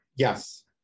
Yes